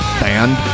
band